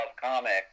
comics